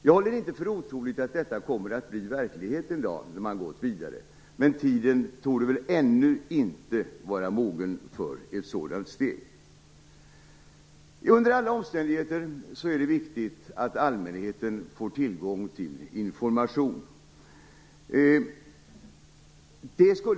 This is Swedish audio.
Jag håller inte för otroligt att detta kommer att bli verklighet en dag när man har gått vidare, men tiden torde väl ännu inte vara mogen för ett sådant steg. Under alla omständigheter är det viktigt att allmänheten får tillgång till information.